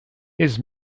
his